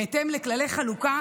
בהתאם לכללי חלוקה